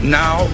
now